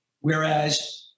Whereas